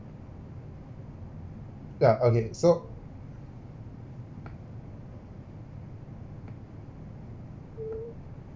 ya okay so